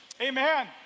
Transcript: amen